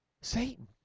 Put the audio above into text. Satan